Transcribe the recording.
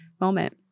moment